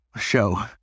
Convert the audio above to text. show